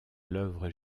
l’œuvre